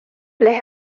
les